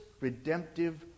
redemptive